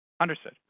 Understood